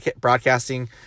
broadcasting